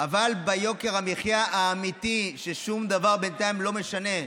אבל ביוקר המחיה האמיתי, שום דבר בינתיים לא משנה.